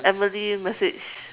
Amberly messaged